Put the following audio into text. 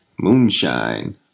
Moonshine